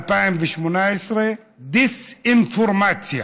ב-2018, דיס-אינפורמציה.